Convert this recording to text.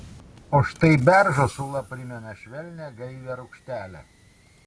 o štai beržo sula primena švelnią gaivią rūgštelę